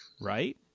Right